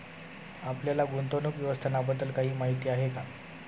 आपल्याला गुंतवणूक व्यवस्थापनाबद्दल काही माहिती आहे का?